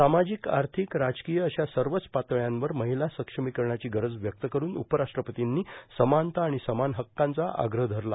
सामाजिक आर्थिक राजकीय अशा सर्वच पातळ्यांवर महिला सक्षमीकरणाची गरज व्यक्त कठन उपराष्ट्रपतींनी समानता आणि समान हक्कांचा आग्रह धरला